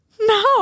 No